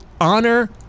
honor